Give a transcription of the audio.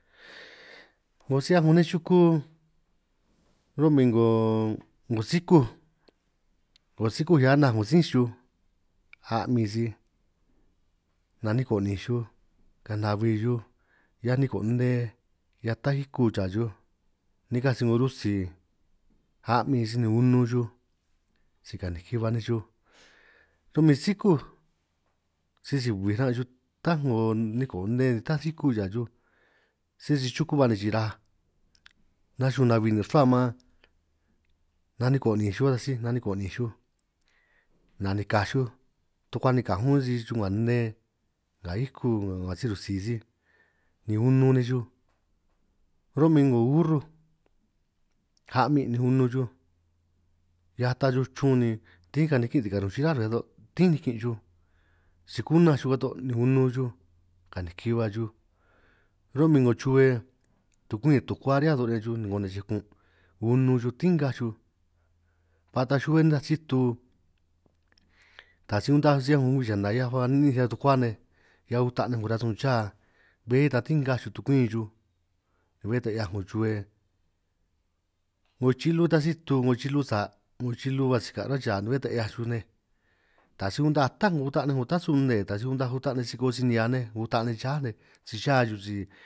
'Ngo si 'hiaj 'ngo nej chuku ro'min 'ngo 'ngo sikúj 'ngo sikúj hiaj anaj 'ngo sínj chuj, a'min sij naniko' ninj chuj kaanj nahui chuj hiaj niko' ne hiaj ta hiku raa chuj, nikaj sij 'ngo rusi a'min sij ni unun chuj si kaniki ba nej chuj, ro'min sikúj sisi bij ran' chuj tá 'ngo niko ne tá íku cha chuj, sisi chuku ba ne' chiraj naxunj nahui nin' ruhua maan naniko' ninj xuj a taj sij naniko' ninj nanikaj xuj tukuanikaj ún sij xuj, nga ne nga íku nga si rutsi sij ni unun nej xuj, ro'min 'ngo urrúj a'min' ni unun xuj, hiaj ata xuj chun ni tín kanikin' si karunj chirá re' ato' tín nikin xuj, si kunanj xuj ato' ni unun xuj kaniki ba xuj, ro'min 'ngo chuhue tukwin re' tukuá re' a to' riñan xuj 'ngo nej che kun' unun xuj tín ngaj xuj, ba taaj chuhue nitaj si tu taj si untaj si 'hiaj 'ngo ngwii chana hiaj ba ni'ninj riñan tukua nej, hiaj uta nej 'ngo rasun chá bé tan tín ngaj xuj tukwin chuj, bé ta 'hiaj 'ngo chuhue 'ngo chilu itaj si tu 'ngo chilu sa' 'ngo chilu, ba sika' ruhua cha ni bé ta 'hiaj xuj nej taj si untaj tá 'ngo uta' nej 'ngo tasu nnee ta, si untaj uta' nej sikoo si nihia nej 'ngo uta' chá nej si chá xuj si.